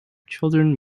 children